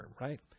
right